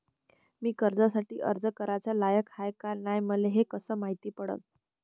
मी कर्जासाठी अर्ज कराचा लायक हाय का नाय हे मले कसं मायती पडन?